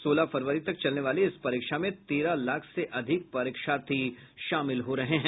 सोलह फरवरी तक चलने वाली इस परीक्षा में तेरह लाख से अधिक परीक्षार्थी शामिल हो रहे हैं